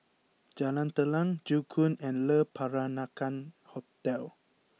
Jalan Telang Joo Koon and Le Peranakan Hotel